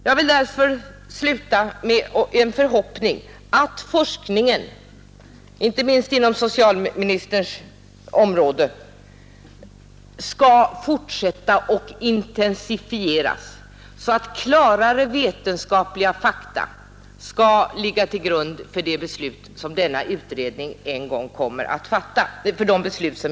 Jag vill därför sluta med att uttala den förhoppningen att forskningen — inte minst inom socialministerns område — skall fortsättas och intensifieras, så att klarare vetenskapliga fakta kan ligga till grund för de beslut som denna utredning en gång kommer att fatta.